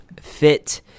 fit